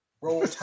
Roll